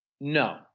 No